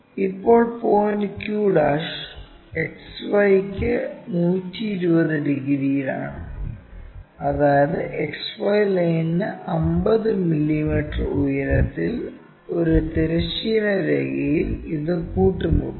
ഇപ്പോൾ point q XY ക്ക് 120 ഡിഗ്രിയിലാണ് അതായത് XY ലൈനിന് 50 മില്ലീമീറ്റർ ഉയരത്തിൽ ഒരു തിരശ്ചീന രേഖയിൽ ഇത് കൂട്ടിമുട്ടുന്നു